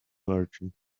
merchant